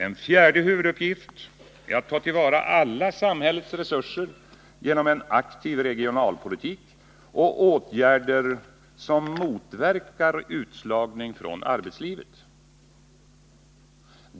En fjärde huvuduppgift är att ta till vara alla samhällets resurser genom en aktiv regionalpolitik och åtgärder som motverkar utslagning från arbetslivet.